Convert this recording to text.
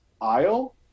aisle